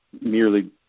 merely